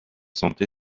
santé